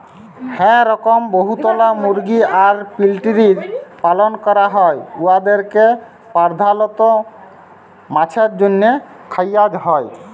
হাঁ রকম বহুতলা মুরগি আর পল্টিরির পালল ক্যরা হ্যয় উয়াদেরকে পর্ধালত মাংছের জ্যনহে খাউয়া হ্যয়